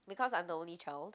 because I'm the only child